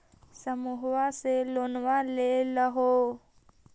समुहवा से लोनवा लेलहो हे?